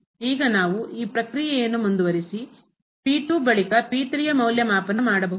ಈಗ ನಾವು ಈ ಪ್ರಕ್ರಿಯೆಯನ್ನು ಮುಂದುವರೆಸಿ ಬಳಿಕಯ ಮೌಲ್ಯಮಾಪನ ಮಾಡಬಹುದು